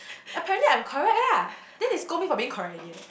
apparently I'm correct ah then they scold me for being correct again leh